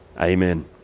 amen